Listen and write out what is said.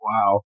Wow